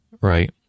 right